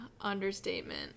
understatement